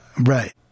right